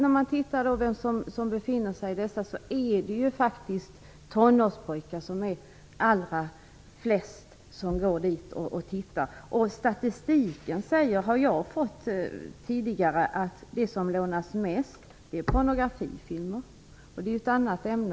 När man tittar på vem som befinner sig i dessa ser man att det är mest tonårspojkar. Statistiken säger att det som lånas mest är pornografifilmer. Det är ju ett annat ämne.